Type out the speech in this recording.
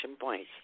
points